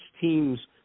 teams